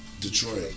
Detroit